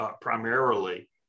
primarily